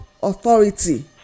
authority